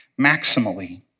maximally